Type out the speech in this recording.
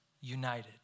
united